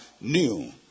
new